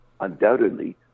undoubtedly